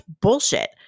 bullshit